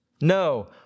No